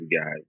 guys